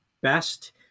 best